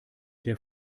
der